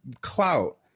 clout